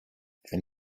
wenn